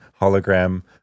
hologram